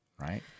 right